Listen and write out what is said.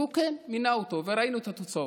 והוא מינה אותו, וראינו את התוצאות.